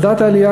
בוועדת העלייה,